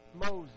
Moses